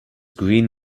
green